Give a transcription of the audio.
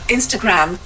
Instagram